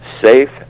safe